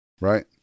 Right